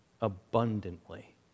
abundantly